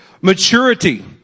Maturity